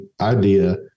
idea